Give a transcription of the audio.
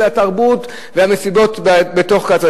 של התרבות והמסיבות בתוך העיר?